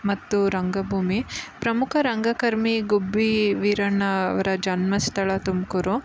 ಮತ್ತು ರಂಗಭೂಮಿ ಪ್ರಮುಖ ರಂಗಕರ್ಮಿ ಗುಬ್ಬಿ ವೀರಣ್ಣ ಅವರ ಜನ್ಮಸ್ಥಳ ತುಮಕೂರು